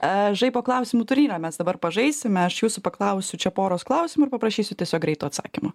e žaibo klausimų turnyrą mes dabar pažaisime aš jūsų paklausiu čia poros klausimų ir paprašysiu tiesiog greito atsakymo